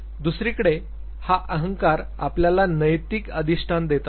दुसरीकडे हा अहंकार आपल्याला नैतिक अधिष्टान देत असतो